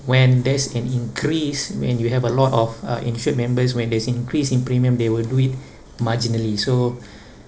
when there's an increase when you have a lot of uh insured members when there's increase in premium they will do it marginally so